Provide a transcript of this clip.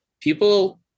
people